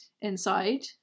inside